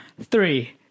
three